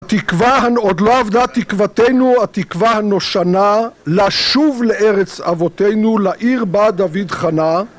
תקווה עוד לא עבדה תקוותנו, התקווה הנושנה לשוב לארץ אבותינו, לעיר בה דוד חנה